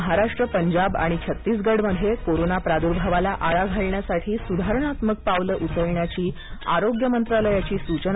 महाराष्ट्र पंजाब आणि छत्तीसगडमध्ये कोरोना प्रादुर्भावाला आळा घालण्यासाठी सुधारणात्मक पावलं उचलण्याची आरोग्य मंत्रालयाची सूचना